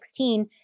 2016